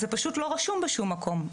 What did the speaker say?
זה פשוט לא רשום בשום מקום,